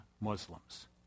Muslims